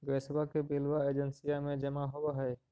गैसवा के बिलवा एजेंसिया मे जमा होव है?